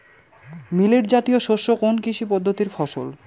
Millet জাতীয় শস্য কোন কৃষি পদ্ধতির ফসল?